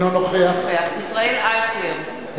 אינו נוכח ישראל אייכלר,